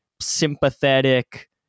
sympathetic